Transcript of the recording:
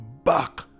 Back